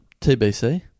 TBC